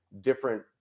different